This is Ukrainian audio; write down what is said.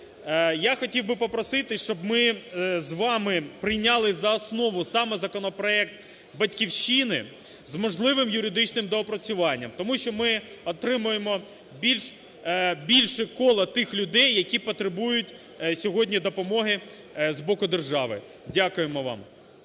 Я хотів би попросити, щоб ми з вами прийняли за основу саме законопроект "Батьківщина" з можливим юридичним доопрацюванням. Тому що ми отримаємо більше коло тих людей, які потребують сьогодні допомоги з боку держави. Дякуємо вам.